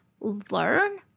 learn